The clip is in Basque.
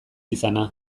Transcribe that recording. izana